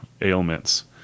ailments